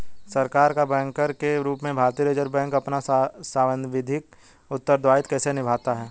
सरकार का बैंकर के रूप में भारतीय रिज़र्व बैंक अपना सांविधिक उत्तरदायित्व कैसे निभाता है?